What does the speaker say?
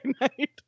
night